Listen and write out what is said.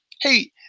Hey